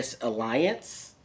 Alliance